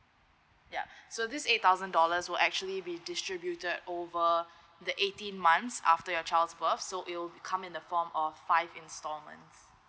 yeah so this eight thousand dollars will actually be distributed over the eighteen months after your child's birth so it will come in the form of five installments